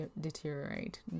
deteriorate